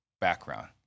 background